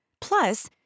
Plus